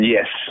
Yes